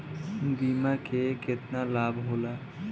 बीमा के केतना लाभ होला?